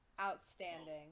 Outstanding